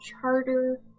charter